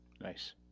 Nice